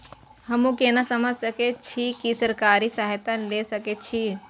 हमू केना समझ सके छी की सरकारी सहायता ले सके छी?